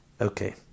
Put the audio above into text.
Okay